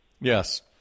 Yes